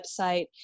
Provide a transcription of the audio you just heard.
website